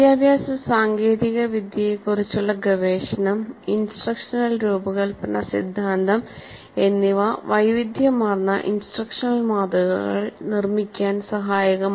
വിദ്യാഭ്യാസ സാങ്കേതികവിദ്യയെക്കുറിച്ചുള്ള ഗവേഷണം ഇൻസ്ട്രക്ഷണൽ രൂപകൽപ്പന സിദ്ധാന്തം എന്നിവ വൈവിധ്യമാർന്ന ഇൻസ്ട്രക്ഷണൽ മാതൃകകൾ നിർമ്മിക്കാൻ സഹായകമായി